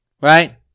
Right